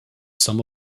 some